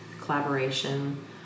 collaboration